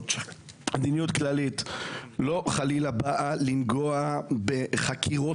"מדיניות כללית" חלילה לא באה לנגוע בחקירות